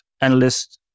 analysts